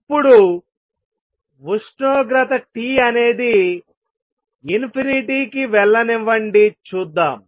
ఇప్పుడు ఉష్ణోగ్రత T అనేది కి వెళ్ళనివ్వండి చూద్దాం